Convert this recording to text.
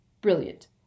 Brilliant